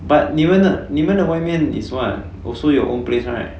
but 你们的你们的外面 is what also your own place right